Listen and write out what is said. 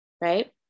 right